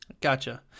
Gotcha